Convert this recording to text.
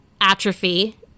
atrophy